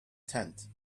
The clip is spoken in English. tent